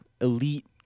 elite